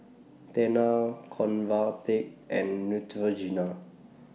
Tena Convatec and Neutrogena